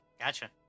Gotcha